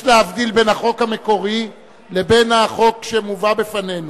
יש להבדיל בין החוק המקורי לבין החוק שמובא בפנינו.